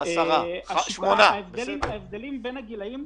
אז 10, 8 ילדים בצד.